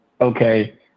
okay